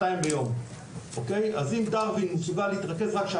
אז אם דארווין מסוגל להתרכז רק שעתיים ביום ריכוז איכותי,